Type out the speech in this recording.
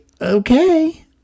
okay